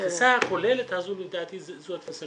והתפיסה הכוללת הזו לדעתי זו התפיסה